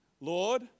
Lord